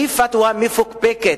היא פתוא מפוקפקת,